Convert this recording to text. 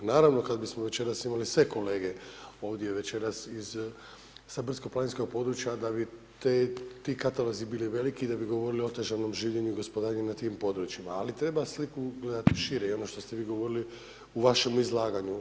Naravno kad bismo imali sve kolege ovdje večeras iz sa brdsko-planinskog područja da bi ti katalozi bili veliki i da bi govorili o otežanom življenju i gospodarenju na tim područjima, ali treba sliku gledati šire i ono što ste vi govorili u vašemu izlaganju.